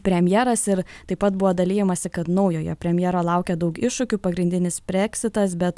premjeras ir taip pat buvo dalijamasi kad naujojo premjero laukia daug iššūkių pagrindinis breksitas bet